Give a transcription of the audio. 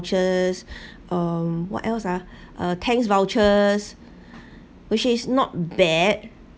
vouchers um what else ah uh tangs vouchers which is not bad